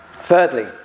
Thirdly